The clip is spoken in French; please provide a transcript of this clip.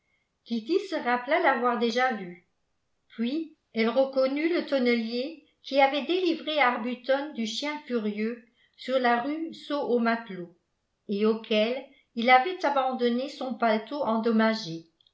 kitty se rappela l'avoir déjà vu puis elle reconnut le tonnelier qui avait délivré arbuton du chien furieux sur la rue saut au matelot et auquel il avait abandonné son paletot endommagé